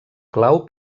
clau